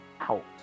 out